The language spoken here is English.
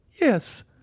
Yes